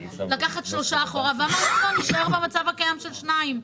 לקחת שלושה אחורה ואמרנו שנישאר במצב הקיים של שניים.